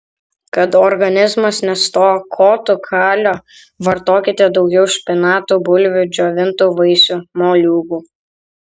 kad organizmas nestokotų kalio vartokite daugiau špinatų bulvių džiovintų vaisių moliūgų